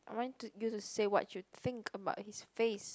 I want you to say what you think about his face